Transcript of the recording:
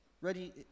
Ready